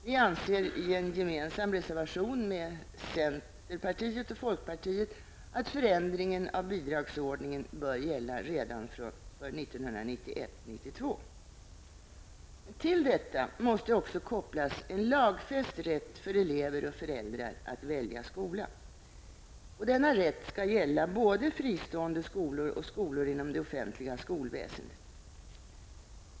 Vi anser i en reservation gemensam med centerpartiet och folkpartiet att förändringen av bidragsordningen bör gälla redan för 1991/92. Till detta måste kopplas en lagfäst rätt för elever och föräldrar att välja skola. Denna rätt skall gälla både fristående skolor och skolor inom det offentliga skolväsendet.